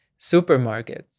supermarkets